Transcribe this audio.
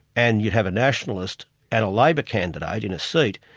and you have a nationalist and a labor candidate in a seat,